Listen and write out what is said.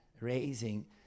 raising